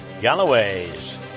Galloway's